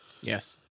Yes